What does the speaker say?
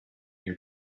your